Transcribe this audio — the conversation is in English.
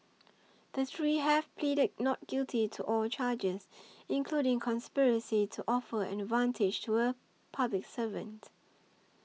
the three have pleaded not guilty to all charges including conspiracy to offer an advantage to a public servant